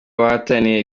bahataniye